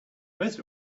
most